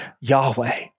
Yahweh